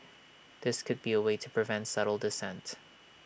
this could be A way to prevent subtle dissent